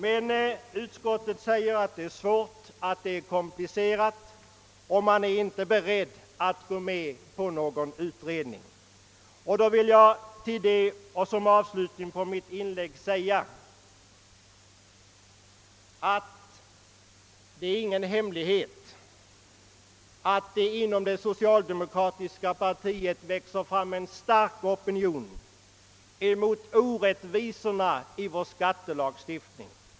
Men utskottet skriver att ärendet är svårt och komplicerat, och det är inte berett att tillstyrka förslaget om utredning. Då vill jag — och det får bli avslutningen på mitt inlägg — säga att det inte är någon hemlighet att det inom det socialdemokratiska partiet växer fram en stark opinion mot orättvisorna i vår skattelagstiftning.